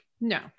No